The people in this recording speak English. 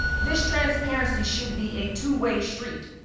this transparency should be a two-way street.